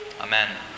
Amen